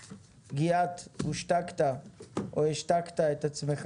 כמו שרז מציע אפשר בעצם לאחד את 8